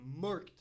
murked